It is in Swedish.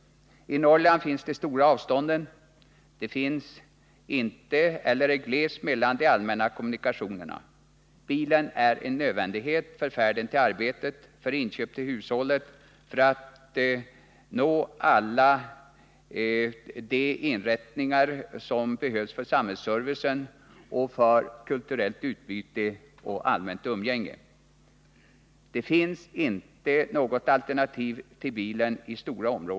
I Norrland finns de stora avstånden. Det är glest mellan de allmänna kommunikationerna. Bilen är en nödvändighet för färden till arbetet, för inköp till hushållet, för att nå alla de inrättningar som behövs för samhällsservice, för kulturellt utbyte och allmänt umgänge. I stora områden finns det inte något alternativ till bilen.